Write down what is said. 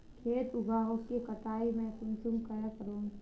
खेत उगोहो के कटाई में कुंसम करे करूम?